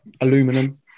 aluminum